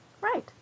Right